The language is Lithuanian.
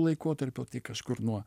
laikotarpio tai kažkur nuo